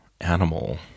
animal